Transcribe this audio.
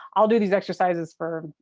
i'll do these exercises for,